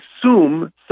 assume